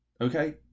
okay